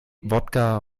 vodka